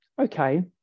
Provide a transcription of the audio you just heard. Okay